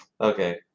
Okay